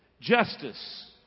justice